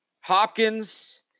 Hopkins